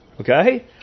okay